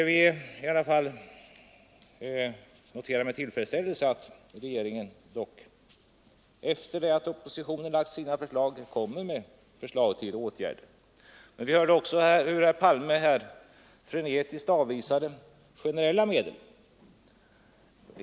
Vi noterar med tillfredsställelse att regeringen dock, efter det att oppositionen lagt sina förslag, kommer med förslag till åtgärder. Men vi hörde också hur herr Palme här frenetiskt avvisade generella medel.